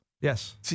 Yes